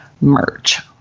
merch